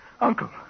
Uncle